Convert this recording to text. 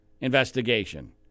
investigation